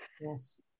Yes